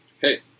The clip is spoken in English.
hey